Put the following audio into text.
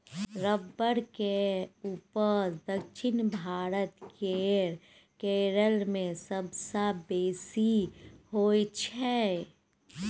rubber केर उपजा दक्षिण भारत केर केरल मे सबसँ बेसी होइ छै